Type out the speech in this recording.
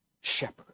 shepherd